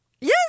Yes